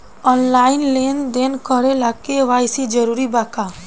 Online लेन देन करे ला के.वाइ.सी जरूरी बा का?